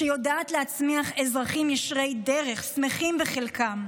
שיודעת להצמיח אזרחים ישרי דרך, שמחים בחלקם.